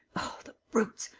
oh, the brutes!